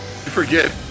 forget